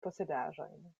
posedaĵon